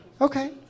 Okay